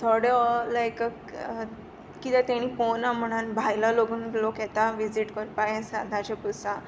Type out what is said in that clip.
थोडो लायक किद्या तेणी पोवना म्होणोन भायलो लोगून लोक येता विजीट कोरपा हें साताचें पुरसां